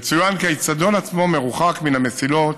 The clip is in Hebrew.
יצוין כי האצטדיון עצמו מרוחק מן המסילות